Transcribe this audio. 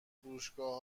فروشگاه